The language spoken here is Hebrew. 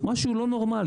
זה משהו לא נורמלי,